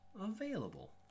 available